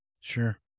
Sure